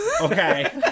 Okay